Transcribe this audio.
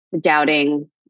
doubting